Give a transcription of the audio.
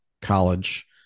college